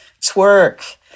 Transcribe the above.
twerk